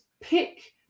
pick